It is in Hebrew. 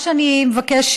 מה שאני מבקשת,